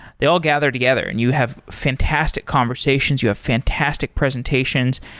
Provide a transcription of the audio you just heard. they all gather together, and you have fantastic conversations. you have fantastic presentations,